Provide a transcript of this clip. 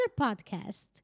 podcast